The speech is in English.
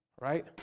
right